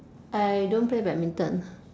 I don't play badminton